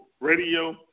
RADIO